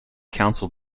council